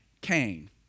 Cain